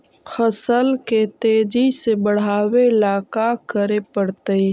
फसल के तेजी से बढ़ावेला का करे पड़तई?